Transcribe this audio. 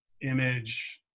Image